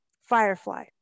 Firefly